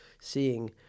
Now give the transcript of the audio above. seeing